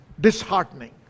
disheartening